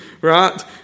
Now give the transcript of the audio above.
right